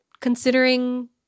considering